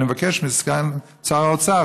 אני מבקש מסגן שר האוצר,